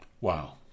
Wow